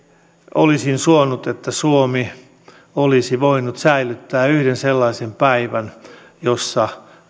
olisin suonut että suomi olisi voinut säilyttää yhden sellaisen päivän jolloin